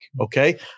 Okay